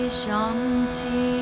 Shanti